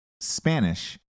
Spanish